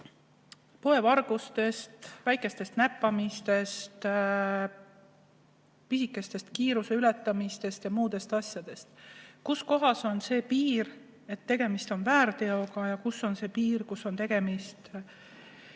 poevargustest, väikestest näppamistest, pisikestest kiiruseületamistest ja muudest säärastest asjadest. Kus kohas on see piir, et tegemist on väärteoga, ja kus on see piir, kust alates on tegemist